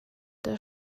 der